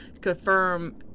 confirm